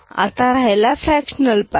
आता राहिला fractional part